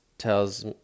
Tells